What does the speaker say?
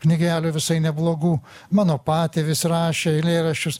knygelių visai neblogų mano patėvis rašė eilėraščius